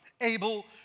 able